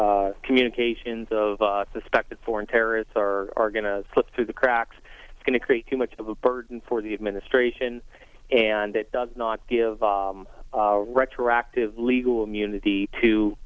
communications of suspected foreign terrorists are going to slip through the cracks it's going to create too much of a burden for the administration and it does not give retroactive legal immunity to